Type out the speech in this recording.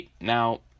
Now